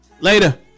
later